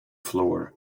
floor